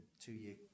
two-year